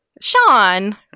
Sean